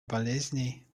болезней